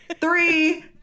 three